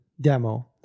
demo